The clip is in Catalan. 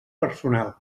personal